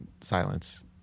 Silence